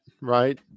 right